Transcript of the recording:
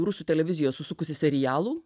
rusų televizija susukusi serialų